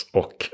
och